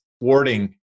warding